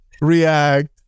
react